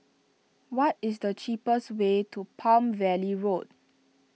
what is the cheapest way to Palm Valley Road